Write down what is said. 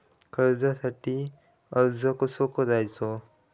कर्जासाठी अर्ज कसो करायचो?